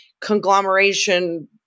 conglomeration